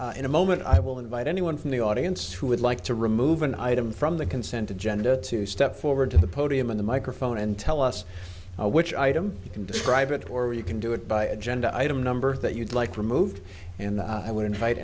is in a moment i will invite anyone from the audience who would like to remove an item from the consent agenda to step forward to the podium of the microphone and tell us which item you can describe it or you can do it by agenda item number that you'd like removed and i would invite